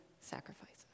sacrifices